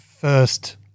first